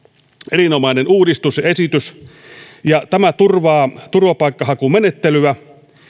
erinomainen uudistusesitys ja tämä turvaa turvapaikkahakumenettelyä